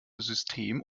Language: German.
system